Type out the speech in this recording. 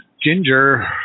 ginger